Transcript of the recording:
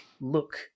look